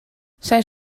zijn